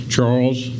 Charles